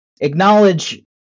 acknowledge